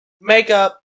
Makeup